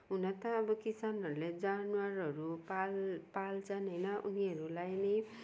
हुन त अब किसानहरूले जनावरहरू पाल पाल्छन् होइन उनीहरूलाई नि